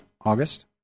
August